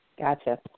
Gotcha